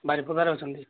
ବାରିପଦାରେ ଅଛନ୍ତି